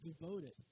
devoted